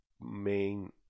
Main